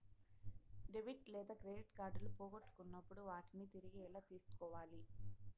debit లేదా credit కార్డులు పోగొట్టుకున్నప్పుడు వాటిని తిరిగి ఎలా తీసుకోవాలి